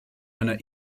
einer